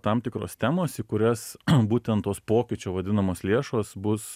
tam tikros temos į kurias būtent tos pokyčių vadinamos lėšos bus